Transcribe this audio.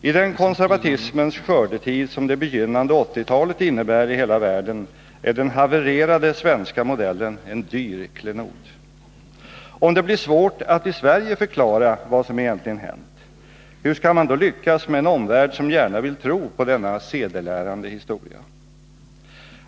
I den konservatismens skördetid som det begynnande 80-talet innebär i hela världen är den havererade svenska modellen en dyr klenod. Om det blir svårt att i Sverige förklara vad som egentligen hänt, hur skall man då lyckas med en omvärld som gärna vill tro på denna sedelärande historia?